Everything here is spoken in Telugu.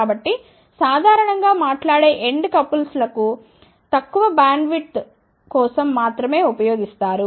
కాబట్టి సాధారణం గా మాట్లాడే ఎండ్ కపుల్స్ లను తక్కువ బ్యాండ్విడ్త్ కోసం మాత్రమే ఉపయోగిస్తారు